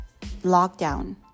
lockdown